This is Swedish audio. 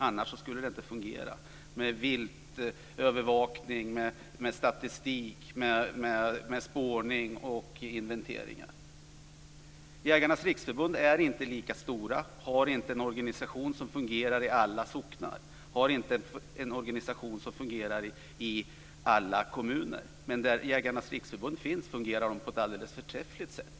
Annars skulle det inte fungera med viltövervakning, statistik, spårning och inventeringar. Jägarnas Riksförbund är inte lika stora, har inte en organisation som fungerar i alla socknar, har inte en organisation som fungerar i alla kommuner. Men där Jägarnas Riksförbund finns fungerar de på ett alldeles förträffligt sätt.